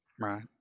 Right